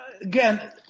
again